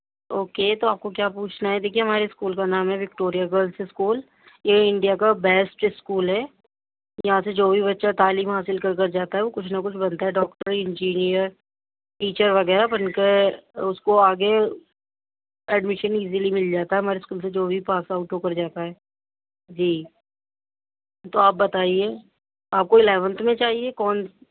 okay تو آپ کو کیا پوچھنا ہے دیکھیے ہمارے اسکول کا نام ہے وکٹوریہ گرلس اسکول یہ انڈیا کا بیسٹ اسکول ہے یہاں سے جو بھی بچہ تعلیم حاصل کر کر جاتا ہے وہ کچھ نہ کچھ بنتا ہے ڈاکٹر انجینئر ٹیچر وغیرہ بن کر اُس کو آگے ایڈمیشن ایزیلی مِل جاتا ہے ہمارے اسکول سے جو بھی پاس آؤٹ ہو کر جاتا ہے جی تو آپ بتائیے آپ کو الیونتھ میں چاہیے کون